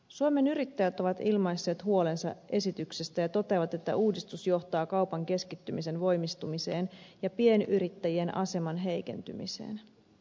suomen yrittäjät on ilmaissut huolensa esityksestä ja toteaa että uudistus johtaa kaupan keskittymisen voimistumiseen ja pienyrittäjien aseman heikentymiseen